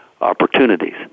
opportunities